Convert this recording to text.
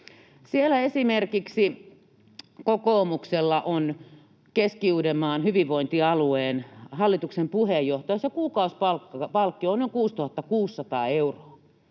Siellä esimerkiksi kokoomuksella on Keski-Uudenmaan hyvinvointialueen hallituksen puheenjohtaja. Kuukausipalkkio on noin 6 600 euroa